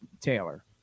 Taylor